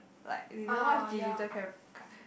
like they don't know what is digital cam~ ca~